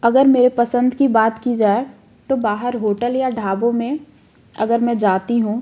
अगर मेरे पसंद की बात की जाए तो बाहर होटल या ढाबों में अगर मैं जाती हूँ